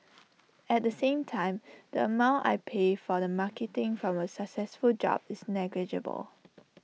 at the same time the amount I pay for the marketing from A successful job is negligible